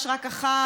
יש רק אחת,